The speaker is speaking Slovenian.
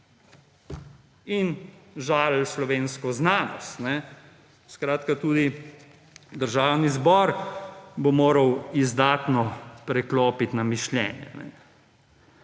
in žalili slovensko znanost. Skratka, tudi Državni zbor bo moral izdatno preklopiti na mišljenje.